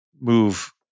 move